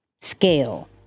scale